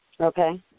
okay